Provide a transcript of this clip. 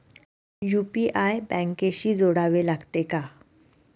UPI बँकेशी जोडावे लागते का?